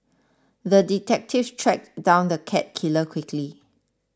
the detective tracked down the cat killer quickly